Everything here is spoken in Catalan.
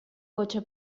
cotxe